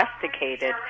domesticated